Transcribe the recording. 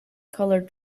colored